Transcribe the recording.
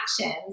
actions